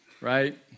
right